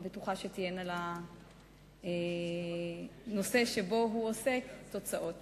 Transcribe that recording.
אני בטוחה שתהיינה בנושא שבו הוא עוסק תוצאות.